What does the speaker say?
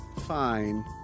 Fine